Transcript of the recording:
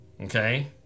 okay